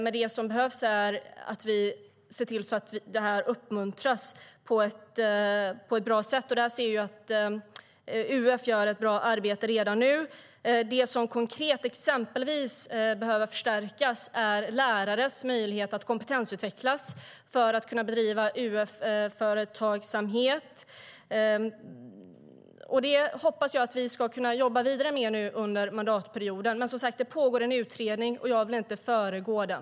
Men det som behövs är att vi ser till att det uppmuntras på ett bra sätt. Där gör UF ett bra arbete redan nu. Det som exempelvis behöver förstärkas är lärares möjlighet att kompetensutvecklas för att kunna bedriva Ung Företagsamhet. Detta hoppas jag att vi ska kunna jobba vidare med under mandatperioden. Men det pågår som sagt en utredning, och jag vill inte föregå den.